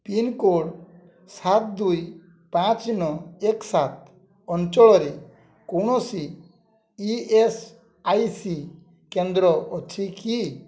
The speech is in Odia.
ପିନ୍କୋଡ଼୍ ସାତ ଦୁଇ ପାଞ୍ଚ ନଅ ଏକ ସାତ ଅଞ୍ଚଳରେ କୌଣସି ଇ ଏସ୍ ଆଇ ସି କେନ୍ଦ୍ର ଅଛି କି